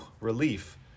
relief